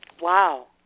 Wow